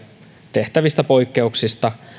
tehtävistä poikkeuksista